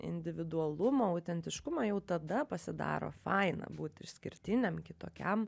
individualumų autentiškumą jau tada pasidaro faina būti išskirtiniam kitokiam